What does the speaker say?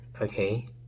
okay